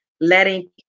Letting